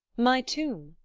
my tomb!